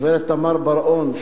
גברת תמר בר-און,